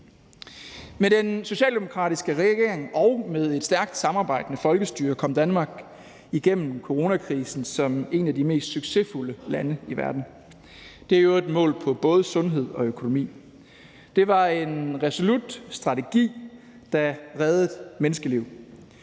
Med den socialdemokratiske regering og med et stærkt samarbejdende folkestyre kom Danmark igennem coronakrisen som et af de mest succesfulde lande i verden. Det er i øvrigt målt på både sundhed og økonomi. Det var en resolut strategi, der reddede menneskeliv,